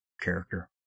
character